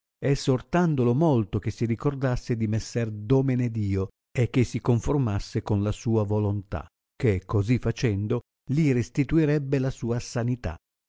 essortandolo molto che si ricordasse di messer domenedio e che si conformasse con la sua volontà che cosi facendo li restituirebbe la sua sanità